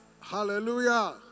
hallelujah